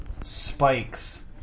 spikes